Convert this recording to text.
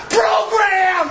program